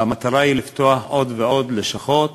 והמטרה היא לפתוח עוד ועוד לשכות